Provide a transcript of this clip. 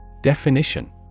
Definition